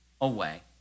away